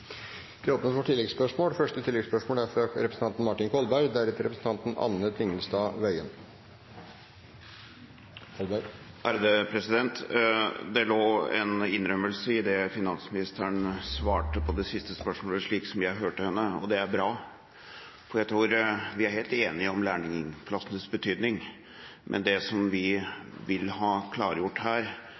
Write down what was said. Det åpnes for tilleggsspørsmål – først Martin Kolberg. Det lå en innrømmelse i det som finansministeren svarte på det siste spørsmålet – slik jeg hørte henne. Det er bra, for jeg tror vi er helt enige om lærlingplassenes betydning. Men det vi vil ha klargjort her,